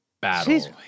Battle